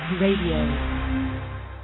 Radio